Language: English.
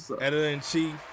Editor-in-Chief